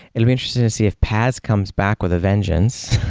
it'll be interesting to see if paas comes back with a vengeance,